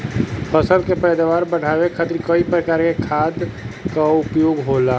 फसल के पैदावार बढ़ावे खातिर कई प्रकार के खाद कअ उपयोग होला